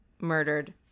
murdered